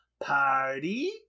Party